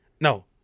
No